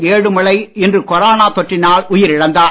ஏழுமலை இன்று கொரோனா தொற்றினால் உயிரிழந்தார்